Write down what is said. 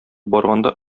барганда